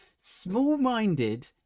Small-minded